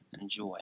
enjoy